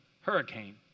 hurricane